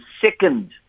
second